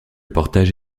portage